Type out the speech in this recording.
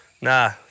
nah